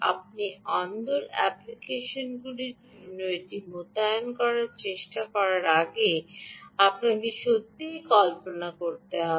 আপনি ভিতরের অ্যাপ্লিকেশনগুলির জন্য এটি মোতায়েন করার চেষ্টা করার আগে আপনাকে সত্যিই কল্পনা করতে হবে